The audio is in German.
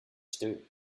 still